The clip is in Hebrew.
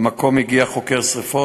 למקום הגיע חוקר שרפות.